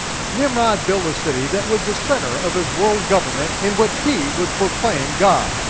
nimrod built a city that was the center of his world government in which he was proclaimed god.